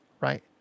right